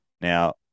Now